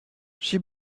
she